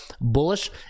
bullish